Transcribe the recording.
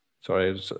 sorry